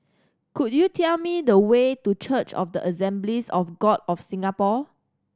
could you tell me the way to Church of the Assemblies of God of Singapore